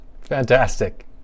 Fantastic